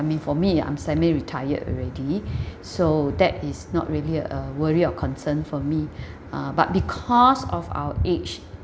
I mean for me I'm semi-retired already so that is not really a worry or concern for me uh but because of our age